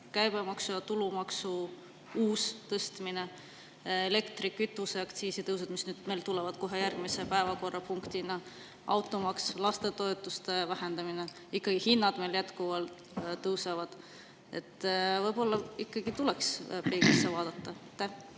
Käibemaksu ja tulumaksu uus tõstmine; elektri‑ ja kütuseaktsiisi tõus, mis tuleb kohe järgmises päevakorrapunktis; automaks; lastetoetuste vähendamine; hinnad meil jätkuvalt tõusevad – võib-olla ikkagi tuleks peeglisse vaadata. Aitäh!